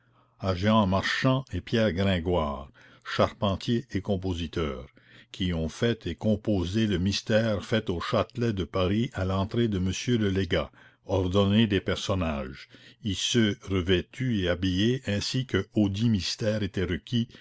à jehan marchand et pierre gringoire charpentier et compositeur qui ont fait et composé le mystère fait au châtelet de paris à l'entrée de monsieur le légat ordonné des personnages iceux revêtus et habillés ainsi que audit mystère était requis